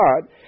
God